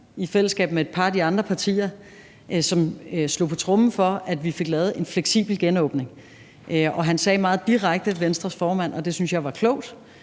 i fællesskab med et par af de andre partier slog på tromme for, at vi fik lavet en fleksibel genåbning. Venstres formand sagde meget direkte – og det syntes jeg var klogt